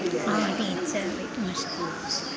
भवन्ति इच्छामः